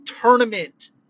tournament